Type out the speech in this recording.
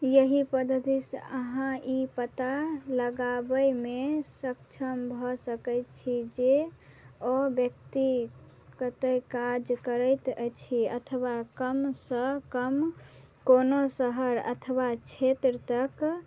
इएह पद्धतिसँ अहाँ ई पता लगाबैमे सक्षम भऽ सकै छी जे व्यक्ति कतए काज करैत अछि अथवा कमसँ कम कोनो शहर अथवा क्षेत्र तक